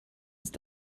ist